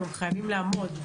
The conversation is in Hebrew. הם חייבים לעמוד,